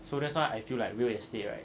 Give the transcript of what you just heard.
so that's why I feel like real estate right